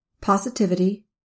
positivity